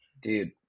dude